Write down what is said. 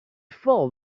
fold